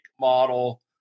model